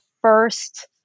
first